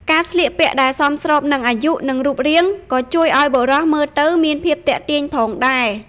ការស្លៀកពាក់ដែលសមស្របនឹងអាយុ និងរូបរាង ក៏ជួយឲ្យបុរសមើលទៅមានភាពទាក់ទាញផងដែរ។